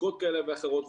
בדיקות כאלה ואחרות,